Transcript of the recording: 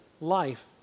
life